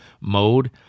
mode